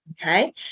Okay